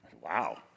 Wow